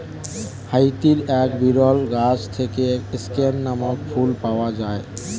হাইতির এক বিরল গাছ থেকে স্ক্যান নামক ফুল পাওয়া যায়